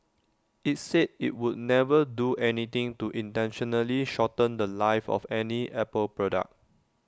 IT said IT would never do anything to intentionally shorten The Life of any Apple product